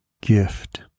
gift